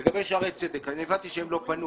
לגבי שערי צדק, הבנתי שהם לא פנו.